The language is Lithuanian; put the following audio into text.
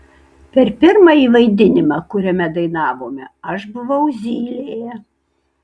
per pirmąjį vaidinimą kuriame dainavome aš buvau zylė